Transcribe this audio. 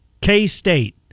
K-State